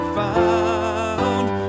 found